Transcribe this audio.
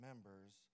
Members